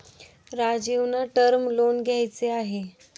राजीवना term loan घ्यायचे आहे